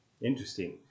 Interesting